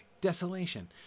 Desolation